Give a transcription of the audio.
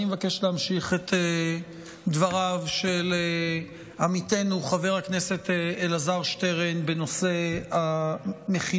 אני מבקש להמשיך את דבריו של עמיתנו חבר הכנסת אלעזר שטרן בנושא המכינות